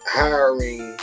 hiring